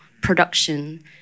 production